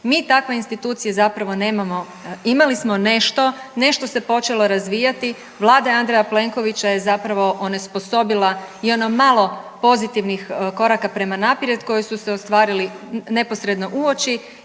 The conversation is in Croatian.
Mi takve institucije zapravo nemamo, imali smo nešto, nešto se počelo razvijati, Vlada Andreja Plenkovića je zapravo onesposobila i ono malo pozitivnih koraka prema naprijed koji su se ostvarili neposredno uoči